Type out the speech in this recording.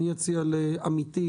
אציע לעמיתי,